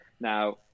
Now